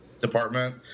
department